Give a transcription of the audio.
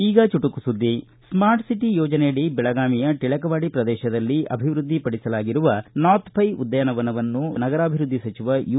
ಈಗ ಚುಟುಕು ಸುದ್ದಿ ಸ್ಮಾರ್ಟ್ ಸಿಟಿ ಯೋಜನೆಯಡಿ ಬೆಳಗಾವಿಯ ಟಳಕವಾಡಿ ಪ್ರದೇಶದಲ್ಲಿ ಅಭಿವೃದ್ಧಿಪಡಿಸಲಾಗಿರುವ ನಾಥ್ ಪೈ ಉದ್ಯಾನವನವನ್ನು ನಗರಾಭಿವೃದ್ಧಿ ಸಚಿವ ಯು